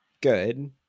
good